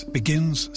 begins